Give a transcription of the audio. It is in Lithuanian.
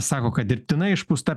sako kad dirbtinai išpūsta